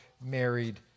married